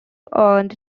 earned